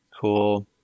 Cool